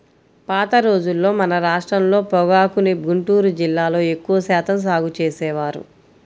పాత రోజుల్లో మన రాష్ట్రంలో పొగాకుని గుంటూరు జిల్లాలో ఎక్కువ శాతం సాగు చేసేవారు